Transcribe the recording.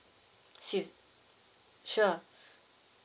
she's sure